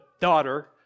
daughter